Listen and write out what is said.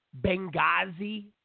Benghazi